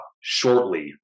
shortly